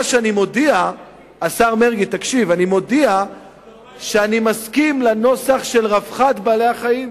שאני מודיע שאני מסכים לנוסח "רווחת בעלי-החיים",